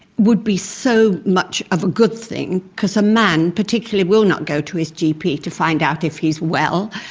would be so much of a good thing, because a man particularly will not go to his gp to find out if he is well.